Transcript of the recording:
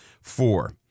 Four